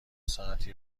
ساعتی